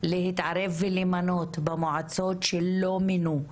להתערב ולמנות במועצות שלא מינו,